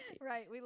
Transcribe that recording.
Right